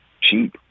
cheap